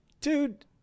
dude